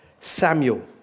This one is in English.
Samuel